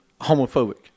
homophobic